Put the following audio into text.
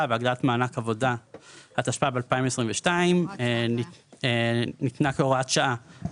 והגדלת מענק עבודה התשפ"ב 2022 ניתנה כהוראת שעה